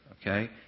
okay